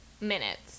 minutes